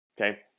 okay